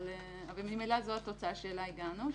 אבל ממילא זו התוצאה שאליה הגענו.